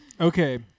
Okay